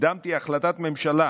קידמתי החלטת ממשלה,